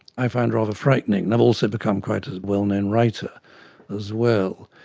i find rather frightening. i've also become quite a well-known writer as well.